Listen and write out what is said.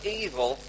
evil